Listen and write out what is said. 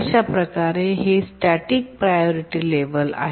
अशा प्रकारे हे स्टॅटिक प्रायोरिटी लेव्हल आहेत